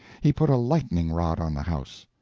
he put a lightning-rod on the house.